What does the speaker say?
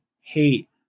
hate